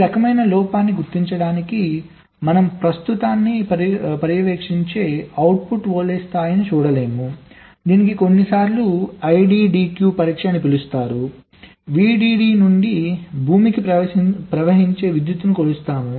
ఈ రకమైన లోపాన్ని గుర్తించడానికి మనం ప్రస్తుతాన్ని పర్యవేక్షించే అవుట్పుట్ వోల్టేజ్ స్థాయిని చూడలేము దీనిని కొన్నిసార్లు IDDQ పరీక్ష అని పిలుస్తారు VDD నుండి భూమికి ప్రవహించే విద్యుత్తును కొలుస్తాము